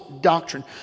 doctrine